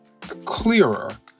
clearer